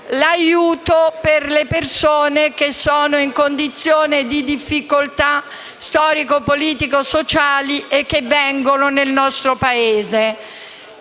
l’aiuto alle persone che sono in condizioni di difficoltà storiche, politiche e sociali e che vengono nel nostro Paese.